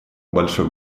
большой